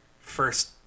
first